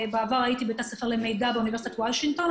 בעבר הייתי בבית הספר למידע באוניברסיטת וושינגטון.